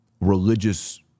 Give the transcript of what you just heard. religious